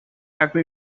have